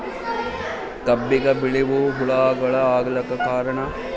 ಕಬ್ಬಿಗ ಬಿಳಿವು ಹುಳಾಗಳು ಆಗಲಕ್ಕ ಕಾರಣ?